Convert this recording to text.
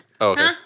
Okay